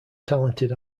talented